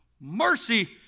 Mercy